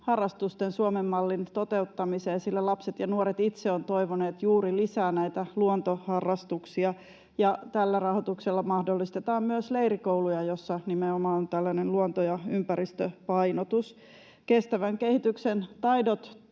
harrastusten Suomen mallin toteuttamiseen, sillä lapset ja nuoret itse ovat toivoneet lisää juuri näitä luontoharrastuksia. Tällä rahoituksella mahdollistetaan myös leirikouluja, joissa nimenomaan on luonto‑ ja ympäristöpainotus. Kestävän kehityksen taidot